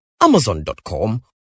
Amazon.com